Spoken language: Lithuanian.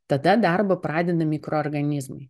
tada darbą pradeda mikroorganizmai